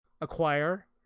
acquire